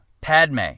Padme